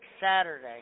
Saturday